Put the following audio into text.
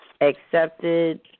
accepted